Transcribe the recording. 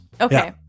okay